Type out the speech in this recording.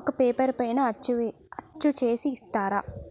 ఒక పేపర్ పైన అచ్చు చేసి ఇస్తరా?